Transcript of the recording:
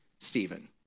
Stephen